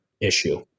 issue